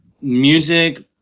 music